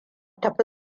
tafi